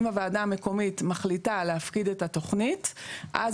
אם הוועדה המקומית מחליטה להפקיד את התכנית אז